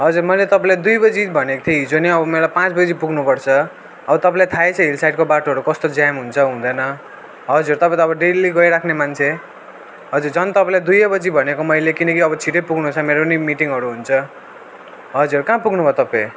हजुर मैले तपाईँलाई दुई बजी भनेको थिएँ हिजो नि अब मलाई पाँच बजी पुग्नपर्छ अब तपाईँलाई थाहै छ हिल साइडको बाटोहरू कस्तो छ जाम हुन्छ हुँदैन हजुर तपाईँ त अब डेली गइराख्ने मान्छे हजुर झन् तपाईँलाई दुवै यही बजी भनेको मैले किनकि अब छिटै पुग्न छ मेरो पनि मिटिङहरू हुन्छ हजुर कहाँ पुग्नुभयो तपाईँ